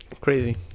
crazy